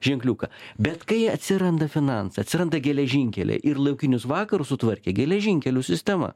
ženkliuką bet kai atsiranda finansai atsiranda geležinkeliai ir laukinius vakarus sutvarkė geležinkelių sistema